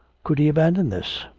could he abandon this?